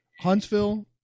Huntsville